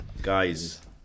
Guys